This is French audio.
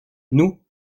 nous